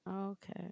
Okay